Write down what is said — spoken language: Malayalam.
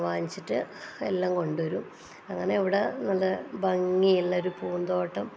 വാങ്ങിച്ചിട്ട് എല്ലാം കൊണ്ടുവരും അതാണ് ഇവിടെ നല്ല ഭംഗിയുള്ള ഒരു പൂന്തോട്ടം